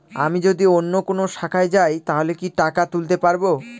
আমি যদি অন্য কোনো শাখায় যাই তাহলে কি টাকা তুলতে পারব?